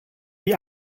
die